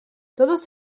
todos